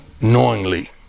knowingly